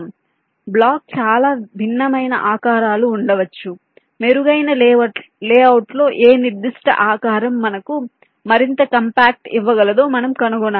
కాబట్టి బ్లాక్ చాలా భిన్నమైన ఆకారాలు ఉండవచ్చు మెరుగైన లేఅవుట్లో ఏ నిర్దిష్ట ఆకారం మనకు మరింత కాంపాక్ట్ ఇవ్వగలదో మనం కనుగొనాలి